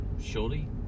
surely